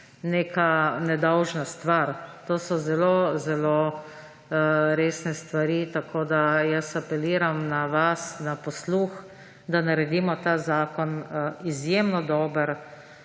neka nedolžna stvar. To so zelo zelo resne stvari. Tako da jaz apeliram na vas, na posluh, da naredimo ta zakon izjemno dober.